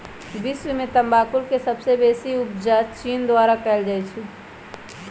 विश्व में तमाकुल के सबसे बेसी उपजा चीन द्वारा कयल जाइ छै